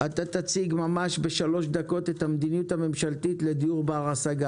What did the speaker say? אתה תציג בכמה דקות את המדיניות הממשלתית לדיור בר השגה.